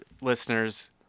listeners